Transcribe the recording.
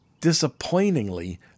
Disappointingly